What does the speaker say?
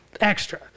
extra